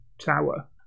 tower